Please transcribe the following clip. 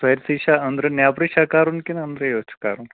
سٲرسٕے چھا أنٛدرٕ نیٚبرٕ چھا کَرُن کِنہٕ أنٛدرے یوت چھُ کَرُن